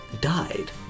died